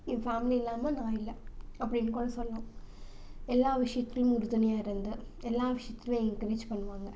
என் family இல்லாமல் நான் இல்லை அப்படின்னு கூட சொல்லலாம் எல்லா விஷயத்துலையும் உறுதுணையாக இருந்து எல்லா விஷயத்துலையும் என்கரேஜ் பண்ணுவாங்க